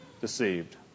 deceived